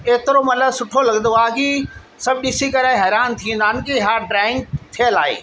एतिरो मतिलबु सुठो लॻंदो आहे की सभु ॾिसी करे हैरान थी वेंदा आहिनि की हा ड्राईंग थियलु आहे